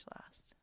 last